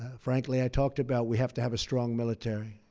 frankly, i talked about we have to have a strong military.